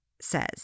says